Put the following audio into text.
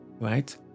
right